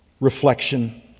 reflection